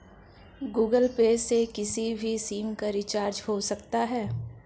Google Pay से किसी भी सिम का रिचार्ज हो सकता है